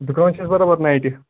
دُکان چھُ اَسہِ بَرابر نایٹہِ